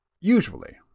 Usually